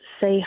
say